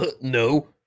no